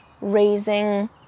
raising